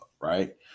right